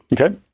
Okay